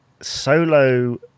solo